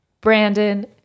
Brandon